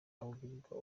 abwirwa